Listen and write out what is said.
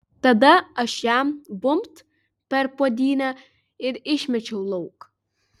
tada aš jam bumbt per puodynę ir išmečiau lauk